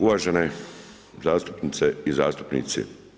Uvažene zastupnice i zastupnici.